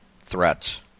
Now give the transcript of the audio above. threats